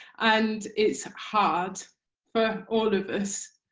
and it's hard for all of us.